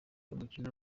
umukino